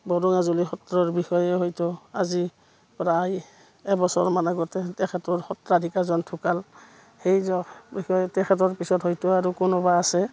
সত্ৰৰ বিষয়ে হয়তো আজি প্ৰায় এবছৰমান আগতে তেখেতৰ সত্ৰাধিকাৰজন ঢুকাল সেইজনৰ বিষয়ে তেখেতৰ পিছত হয়তো আৰু কোনোবা আছে